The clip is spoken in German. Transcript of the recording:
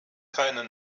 keine